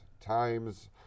times